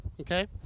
Okay